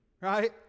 Right